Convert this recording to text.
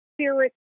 spirit